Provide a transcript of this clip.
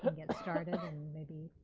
ah get started and maybe